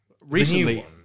Recently